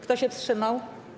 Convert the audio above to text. Kto się wstrzymał?